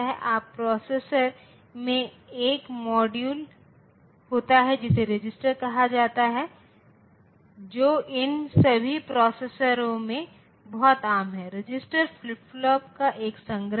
और OR gate के मामले में जब भी कोई इनपुट 1 होता है तो आउटपुट 1 होगा